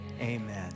amen